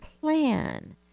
plan